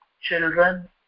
children